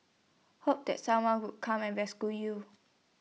hope that someone would come and rescue you